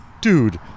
dude